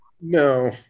No